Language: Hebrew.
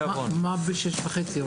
(הישיבה נפסקה בשעה 18:15 ונתחדשה בשעה 18:50.) בבקשה,